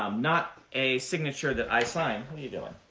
um not a signature that i sign. what are you doing?